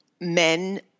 men